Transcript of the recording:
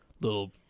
little